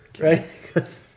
Right